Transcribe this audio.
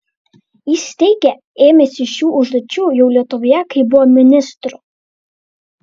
jis teigė ėmęsis šių užduočių jau lietuvoje kai buvo ministru